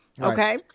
Okay